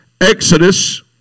Exodus